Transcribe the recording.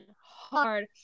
hard